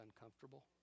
uncomfortable